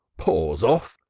paws off!